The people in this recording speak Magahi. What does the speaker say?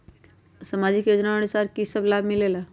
समाजिक योजनानुसार कि कि सब लाब मिलीला?